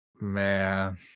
Man